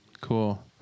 cool